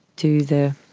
do the,